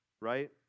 right